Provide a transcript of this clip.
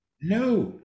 no